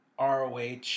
roh